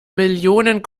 millionen